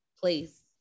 place